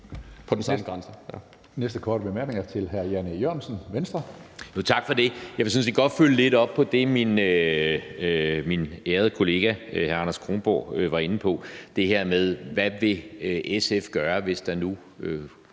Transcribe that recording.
ved den samme grænse.